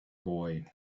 boy